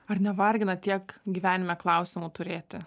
ar nevargina tiek gyvenime klausimų turėti